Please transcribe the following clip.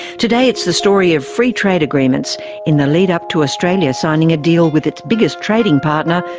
today it's the story of free trade agreements in the lead-up to australia signing a deal with its biggest trading partner,